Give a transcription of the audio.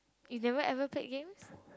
you never ever play games